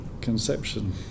conception